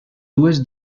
dues